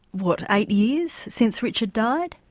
what, eight years since richard died?